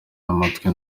amatwi